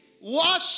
wash